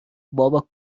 بابا